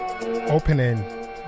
opening